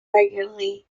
regularly